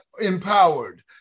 empowered